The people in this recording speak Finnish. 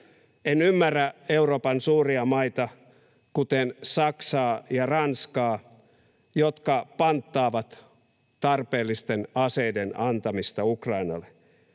En ymmärrä Euroopan suuria maita, kuten Saksaa ja Ranskaa, jotka panttaavat tarpeellisten aseiden antamista Ukrainalle,